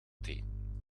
teen